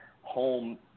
home